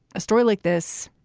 a story like this,